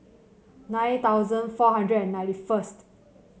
nine thousand four hundred and ninety first